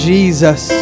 Jesus